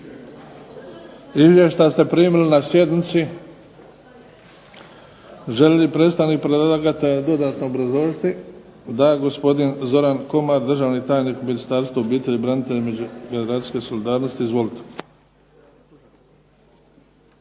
Izvješća ste primili na sjednici. Želi li predstavnik predlagatelja dodatno obrazložiti? Da. Gospodin Zoran Komar državni tajnik u Ministarstvu obitelji, branitelja i međugeneracijske solidarnosti. Izvolite.